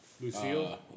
Lucille